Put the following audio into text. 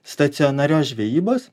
stacionarios žvejybos